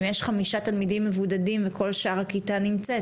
אם יש חמישה תלמידים מבודדים וכל שאר הכיתה נמצאת,